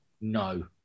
No